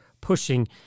pushing